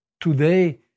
today